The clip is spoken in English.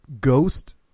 ghost